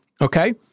okay